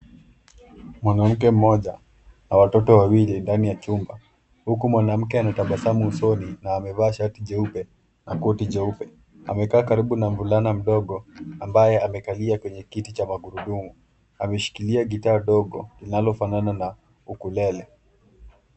Mwanamke mmoja na watoto wawili ndani ya chumba, huku mwanamke anatabasamu usoni na amevaa shati jeupe na koti jeupe. Amekaa karibu na mvulana mdogo ambaye amekalia kwenye kiti cha magurudumu. Ameshikilia gitaa dogo linalofanana na ukulele.